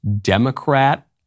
Democrat